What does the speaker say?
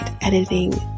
editing